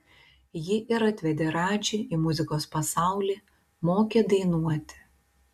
ji ir atvedė radžį į muzikos pasaulį mokė dainuoti